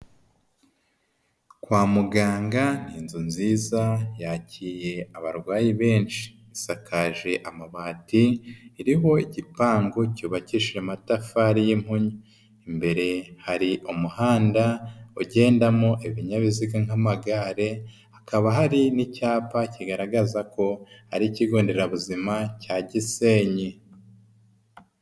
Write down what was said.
Kwa muganga ni inzu nziza yakiye abarwayi benshi, isakaje amabati iriho igipangu cyubakishije amatafari y'impunyu, imbere hari umuhanda ugendamo ibinyabiziga nk'amagare, hakaba hari n'icyapa kigaragaza ko ari ikigo nderabuzima cya Gisenyi.